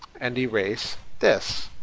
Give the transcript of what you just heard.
and erase this.